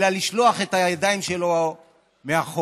אלא לשלוח את הידיים שלו מאחור?